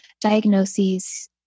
diagnoses